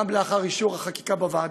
גם לאחר אישור החקיקה בוועדה,